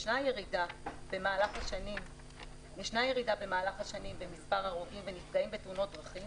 ישנה ירידה במהלך השנים במספר הרוגים ונפגעים בתאונות דרכים,